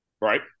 right